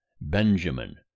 Benjamin